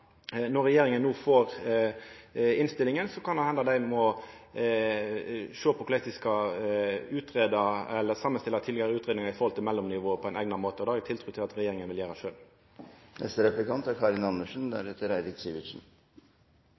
Når regjeringa no får innstillinga, kan det hende dei må sjå på korleis dei skal samanstilla tidlegare utgreiingar i forhold til mellomnivå på ein eigna måte, og det har eg tiltru til at regjeringa vil gjera